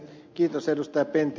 kiitos ed